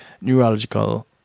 neurological